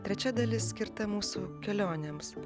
trečia dalis skirta mūsų kelionėms